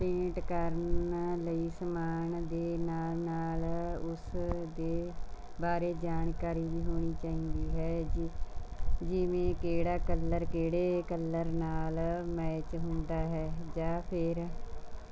paint ਕਰਨ ਲਈ ਸਮਾਨ ਦੇ ਨਾਲ ਨਾਲ ਉਸ ਦੇ ਬਾਰੇ ਜਾਣਕਾਰੀ ਵੀ ਹੋਣੀ ਚਾਹੀਦੀ ਹੈ ਜਿ ਜਿਵੇਂ ਕਿਹੜਾ ਕਲਰ ਕਿਹੜੇ ਕਲਰ ਨਾਲ ਮੈਚ ਹੁੰਦਾ ਹੈ ਜਾਂ ਫੇਰ